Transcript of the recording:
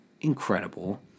Incredible